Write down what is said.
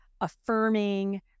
affirming